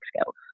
skills